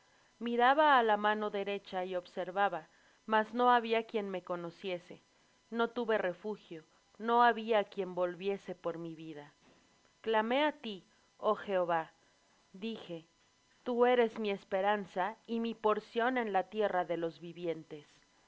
miraba á la mano derecha y observaba mas no había quien me conociese no tuve refugio no había quien volviese por mi vida clamé á ti oh jehová dije tú eres mi esperanza y mi porción en la tierra de los vivientes